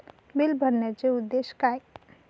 Bill भरण्याचे उद्देश काय?